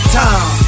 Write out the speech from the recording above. time